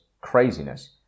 craziness